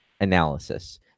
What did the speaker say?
analysis